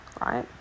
right